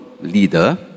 leader